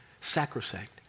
sacrosanct